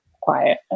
quiet